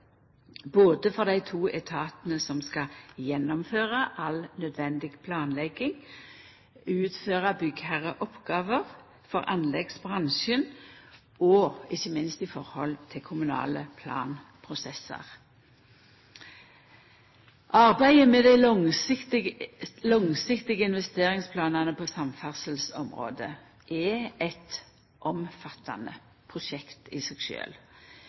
både for dei to etatane som skal gjennomføra all nødvendig planlegging, utføra byggherreoppgåver for anleggsbransjen, og ikkje minst i forhold til kommunale planprosessar. Arbeidet med dei langsiktige investeringsplanane på samferdselsområdet er eit omfattande prosjekt i seg